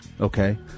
okay